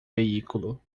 veículo